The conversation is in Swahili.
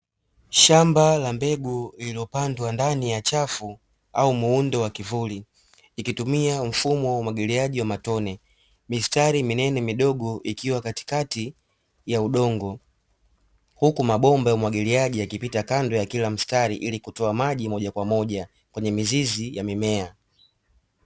Shamba la mbegu lililopandwa ndani ya chafu au muundo wa kivuli, ikitumia mfumo wa umwagiliaji wa matone, mistari minene midogo ikiwa katikati ya udongo. Huku mabomba ya umwagiliaji yakipita kando ya kila mstari, ili kutoa maji moja kwa moja, kwenye mizizi ya mimea.